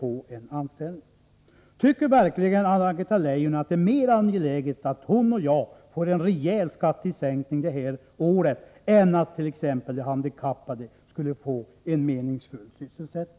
Min nästa fråga kan besvaras med ett klart ja eller nej: Tycker verkligen Anna-Greta Leijon att det är mer angeläget att hon och jag får en rejäl skattesänkning i år än att t.ex. de handikappade får en meningsfull sysselsättning?